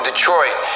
Detroit